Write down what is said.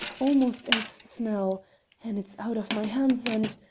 almost in its smell and it's out of my hands and